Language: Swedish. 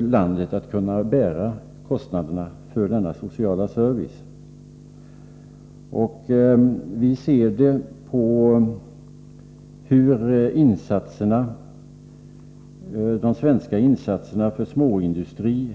landet att kunna bära kostnaderna för denna sociala service. Vi ser detta när det gäller de svenska insatserna för småindustri.